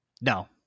No